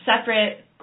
separate